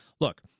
look